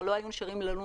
נשארים ללון בעיר.